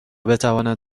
بتواند